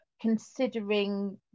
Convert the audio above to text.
considering